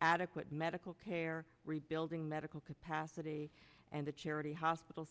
adequate medical care rebuilding medical capacity and the charity hospital